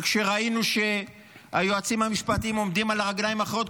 וכשראינו שהיועצים המשפטיים עומדים על הרגליים האחוריות,